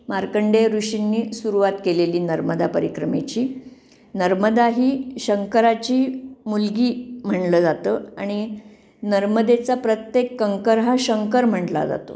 मार्कंडेय ऋषींनी सुरुवात केलेली नर्मदा परिक्रमेची नर्मदा ही शंकरची मुलगी म्हटलं जातं आणि नर्मदेचा प्रत्येक कंकर हा शंकर म्हटला जातो